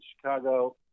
Chicago